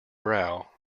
brow